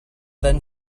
then